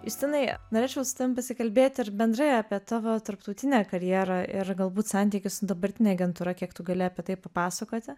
justinai norėčiau su tavim pasikalbėt ir bendrai apie tavo tarptautinę karjerą ir galbūt santykį su dabartine agentūra kiek tu gali apie tai papasakoti